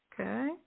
Okay